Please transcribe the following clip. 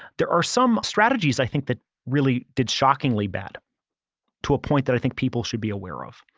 there are some strategies i think that really did shockingly bad to a point that i think people should be aware of.